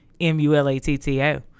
M-U-L-A-T-T-O